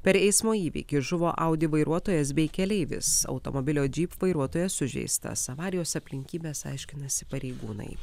per eismo įvykį žuvo audi vairuotojas bei keleivis automobilio jeep vairuotojas sužeistas avarijos aplinkybes aiškinasi pareigūnai